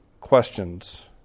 questions